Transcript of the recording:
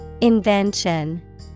Invention